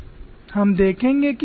हम देखेंगे कि यह क्या है